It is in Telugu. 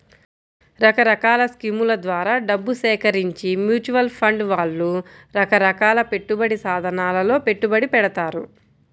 రకరకాల స్కీముల ద్వారా డబ్బు సేకరించి మ్యూచువల్ ఫండ్ వాళ్ళు రకరకాల పెట్టుబడి సాధనాలలో పెట్టుబడి పెడతారు